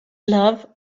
love